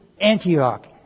Antioch